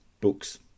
books